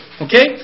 Okay